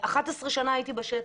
11 שנה הייתי בשטח,